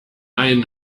ein